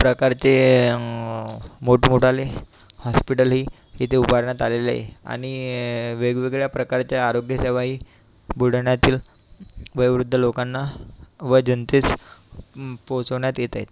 प्रकारचे मोठमोठाले हॉस्पिटलही तिथे उभारण्यात आलेले आहे आणि वेगवेगळ्या प्रकारच्या आरोग्यसेवाही बुलढण्यातील वयोवृद्ध लोकांना व जनतेस पोचवण्यात येत आहेत